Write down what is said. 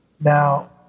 now